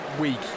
week